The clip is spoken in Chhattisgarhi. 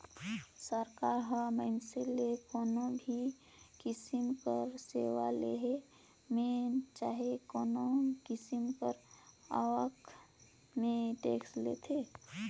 सरकार ह मइनसे ले कोनो भी किसिम कर सेवा लेहे में चहे कोनो किसिम कर आवक में टेक्स लेथे